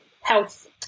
health